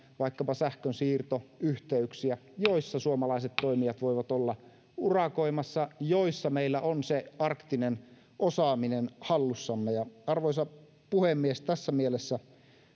vaikkapa sähkönsiirtoyhteyksiä joissa suomalaiset toimijat voivat olla urakoimassa joissa meillä on se arktinen osaaminen hallussamme arvoisa puhemies tässä mielessä